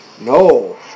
no